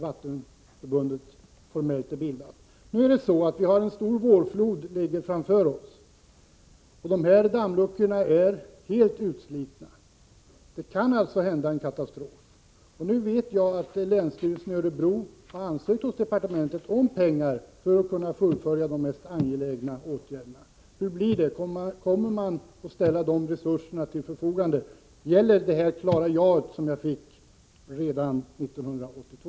Vattenförbundet är formellt inte bildat än. Vi väntar att det skall bli en stor vårflod, och dammluckorna är helt utslitna. Det kan alltså inträffa en katastrof. Jag vet att länsstyrelsen i Örebro har ansökt hos departementet om pengar för att kunna vidta de mest angelägna åtgärderna. Hur blir det? Kommer man att ställa resurser till förfogande? Gäller fortfarande jordbruksministerns klara ja som jag fick redan 1982?